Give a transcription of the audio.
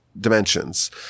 dimensions